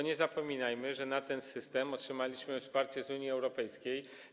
Nie zapominajmy, że na ten system otrzymaliśmy wsparcie z Unii Europejskiej.